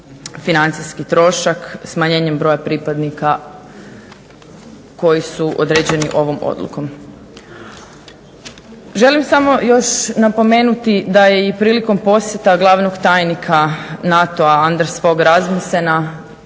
financijski trošak smanjenjem broja pripadnika koji su određeni ovom odlukom. Želim samo još napomenuti da je i prilikom posjeta glavnog tajnika NATO-a Andersa Fogha Rasmussena